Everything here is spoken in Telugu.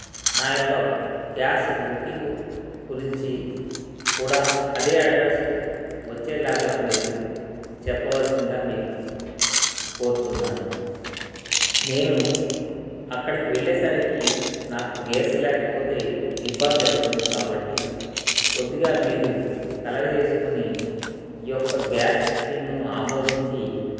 నా యొక్క గ్యాసు బుకింగు గురించి కూడా అదే అడ్రస్కు వచ్చేలాగా మీరు చెప్పవలసిందిగా మీకు కోరుచున్నాను నేను అక్కడికి వెళ్ళేసరికి నాకు గేస్ లేకపోతే ఇబ్బంది అవుతుంది కాబట్టి కొద్దిగా మీరు కలగజేసుకుని ఈ యొక్క గ్యాస్ బుకింగ్ను ఆమోదించి